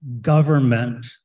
government